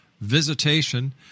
visitation